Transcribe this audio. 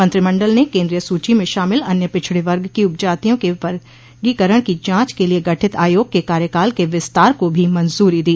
मंत्रिमंडल ने केंद्रीय सूची में शामिल अन्य पिछड़े वर्ग की उपजातियों के वर्गीकरण की जांच के लिए गठित आयोग के कार्यकाल के विस्तार को भी मंजूरी दी